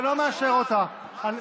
ואני לא מאשר אותה.